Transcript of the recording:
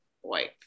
white